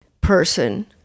person